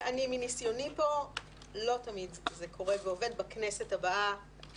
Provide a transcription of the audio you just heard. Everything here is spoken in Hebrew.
מניסיוני פה לא תמיד זה קורה ועובד בכנסת הבאה.